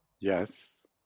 Yes